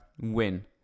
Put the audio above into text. win